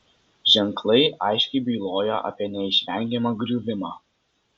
ženklai aiškiai byloja apie neišvengiamą griuvimą